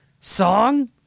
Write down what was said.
song